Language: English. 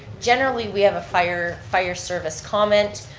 generally, we have a fire fire service comment.